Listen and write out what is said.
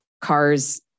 cars